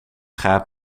gaat